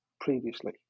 previously